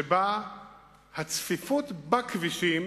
שבה הצפיפות בכבישים